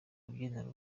rubyiniro